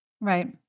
right